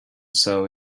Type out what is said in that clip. saw